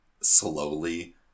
slowly